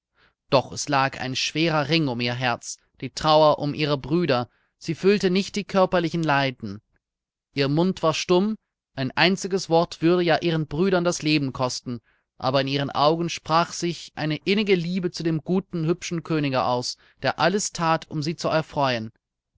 doch es lag ein schwererer ring um ihr herz die trauer um ihre brüder sie fühlte nicht die körperlichen leiden ihr mund war stumm ein einziges wort würde ja ihren brüdern das leben kosten aber in ihren augen sprach sich eine innige liebe zu dem guten hübschen könige aus der alles that um sie zu erfreuen